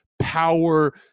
power